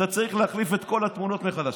אתה צריך להחליף את כל התמונות מחדש.